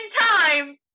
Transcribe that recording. time